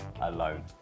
alone